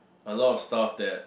a lot of stuff that